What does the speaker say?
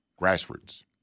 Grassroots